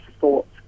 thoughts